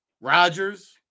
Rodgers